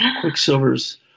Quicksilver's